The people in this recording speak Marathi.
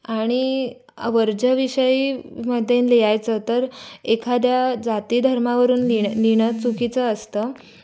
आणि वरच्या विषयीमध्ये लिहायचं तर एखाद्या जाती धर्मावरून लिह लिहिणं चुकीचं असतं